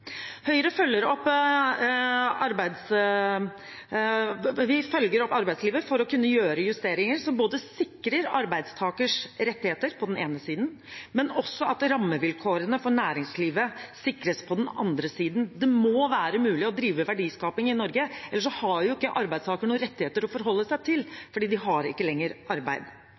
Høyre følger opp arbeidsgiver for å kunne gjøre justeringer som både sikrer arbeidstakers rettigheter på den ene siden, og at rammevilkårene for næringslivet sikres på den andre siden. Det må være mulig å drive verdiskaping i Norge, ellers har ikke arbeidstakere noen rettigheter å forholde seg til, fordi de ikke lenger har arbeid.